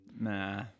nah